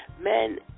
men